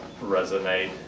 resonate